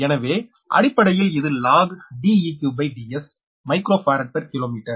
எனவே அடிப்படையில் இது logDeqDsமைக்ரோபாராட் பெர் கிலோமீட்டர்